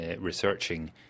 researching